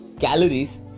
calories